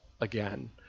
again